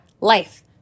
life